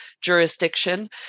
jurisdiction